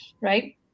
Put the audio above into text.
right